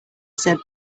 said